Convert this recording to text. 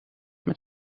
met